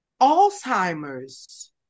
Alzheimer's